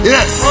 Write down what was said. Yes